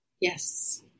Yes